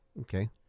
Okay